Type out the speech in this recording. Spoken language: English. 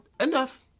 Enough